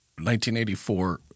1984